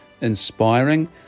inspiring